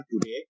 today